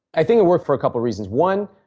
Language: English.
i think it worked for a couple of reasons. one.